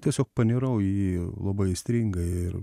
tiesiog panirau į labai aistringai ir